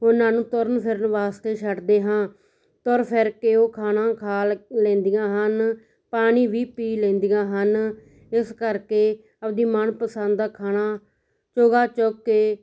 ਉਹਨਾਂ ਨੂੰ ਤੁਰਨ ਫਿਰਨ ਵਾਸਤੇ ਛੱਡਦੇ ਹਾਂ ਤੁਰ ਫਿਰ ਕੇ ਉਹ ਖਾਣਾ ਖਾ ਲੈਂਦੀਆਂ ਹਨ ਪਾਣੀ ਵੀ ਪੀ ਲੈਂਦੀਆਂ ਹਨ ਇਸ ਕਰਕੇ ਆਪਣੀ ਮਨਪਸੰਦ ਦਾ ਖਾਣਾ ਚੋਗਾ ਚੁੱਗ ਕੇ